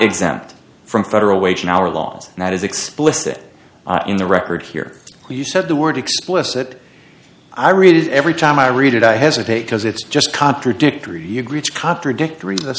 exempt from federal wage and hour laws and that is explicit in the record here you said the word explicit i read every time i read it i hesitate because it's just contradictory you'd reach contradictory the